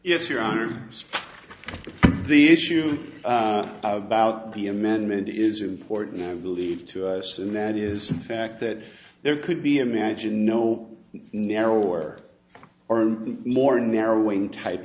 yes your honor the issue about the amendment is important i believe to us and that is the fact that there could be imagined no narrower or a more narrowing type